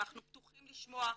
אנחנו פתוחים לשמוע,